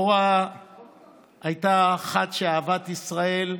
אורה הייתה אחת שאהבת ישראל,